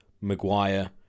Maguire